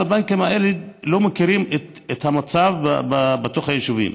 ואז הבנקים האלה לא מכירים את המצב בתוך היישובים